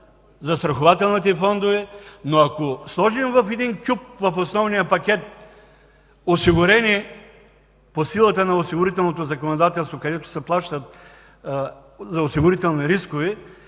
застрахователните фондове. Но ако сложим в един кюп от основния пакет осигурени по силата на осигурителното законодателство, където се плаща за осигурителни рискове,